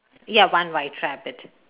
ya one white rabbit